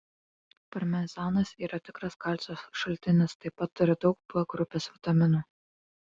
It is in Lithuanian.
parmezanas yra tikras kalcio šaltinis taip pat turi daug b grupės vitaminų